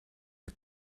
you